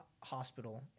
hospital